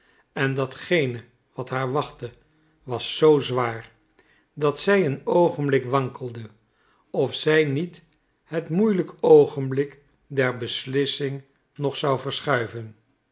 en datgene wat haar wachtte was zoo zwaar dat zij een oogenblik wankelde of zij niet het moeielijk oogenblik der beslissing nog zou verschuiven